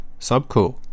Subcool